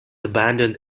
abandoned